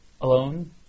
alone